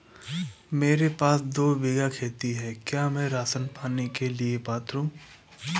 मेरे पास दो बीघा खेत है क्या मैं राशन पाने के लिए पात्र हूँ?